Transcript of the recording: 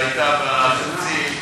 שהייתה בתקציב,